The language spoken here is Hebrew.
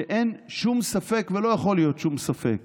שאין שום ספק ולא יכול להיות שום ספק